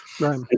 Right